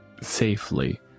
safely